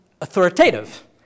authoritative